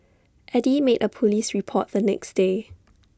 Eddy made A Police report the next day